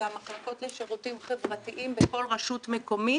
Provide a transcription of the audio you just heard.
המחלקות לשירותים חברתיים בכל רשות מקומית.